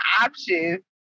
options